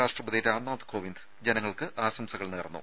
രാഷ്ട്രപതി രാംനാഥ് കോവിന്ദ് ജനങ്ങൾക്ക് ആശംസകൾ നേർന്നു